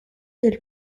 del